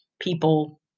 people